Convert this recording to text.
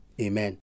Amen